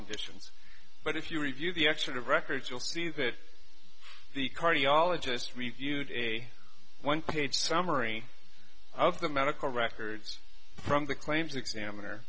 conditions but if you review the action of records you'll see that the cardiologist reviewed a one page summary of the medical records from the claims examiner